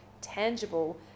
tangible